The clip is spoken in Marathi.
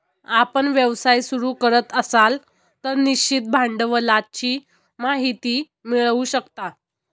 आपण व्यवसाय सुरू करत असाल तर निश्चित भांडवलाची माहिती मिळवू शकता